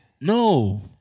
No